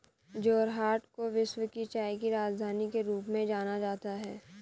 जोरहाट को विश्व की चाय की राजधानी के रूप में जाना जाता है